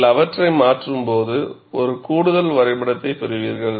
நீங்கள் அவற்றை மாற்றும்போது ஒரு கூடுதல் வரைபடத்தைப் பெறுவீர்கள்